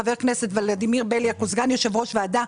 חבר הכנסת ולדימיר בליאק הוא סגן יושב-ראש ועדה.